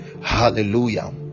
hallelujah